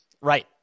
right